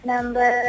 Number